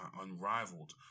unrivaled